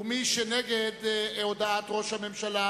ומי שנגד הודעת ראש הממשלה